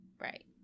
Right